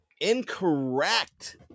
Incorrect